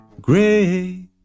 Gray